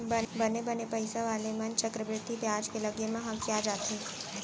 बने बने पइसा वाले मन चक्रबृद्धि बियाज के लगे म हकिया जाथें